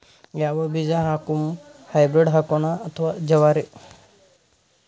ಯಾವ ಬೀಜ ಹಾಕುಮ, ಹೈಬ್ರಿಡ್ ಹಾಕೋಣ ಅಥವಾ ಜವಾರಿ?